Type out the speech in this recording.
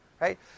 Right